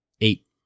Eight